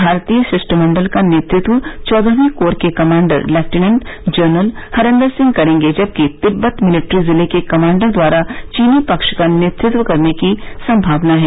भारतीय शिष्टमंडल का नेतृत्व चौदहवीं कोर के commander lieutenant general Harender Singh करेंगे जबकि तिब्बत मिलिट्री जिले के कमांडर द्वारा चीनी पक्ष का नेतृत्व करने की संभावना है